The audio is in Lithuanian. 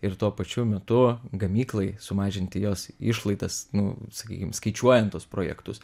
ir tuo pačiu metu gamyklai sumažinti jos išlaidas nu sakykim skaičiuojant tuos projektus